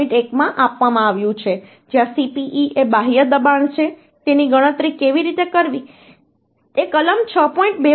1 માં આપવામાં આવ્યું છે જ્યાં Cpe એ બાહ્ય દબાણ છે તેની ગણતરી કેવી રીતે કરવી તે કલમ 6